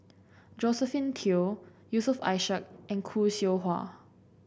Josephine Teo Yusof Ishak and Khoo Seow Hwa